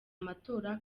amatora